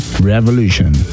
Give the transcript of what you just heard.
Revolution